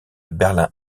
berlin